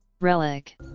relic